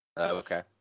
okay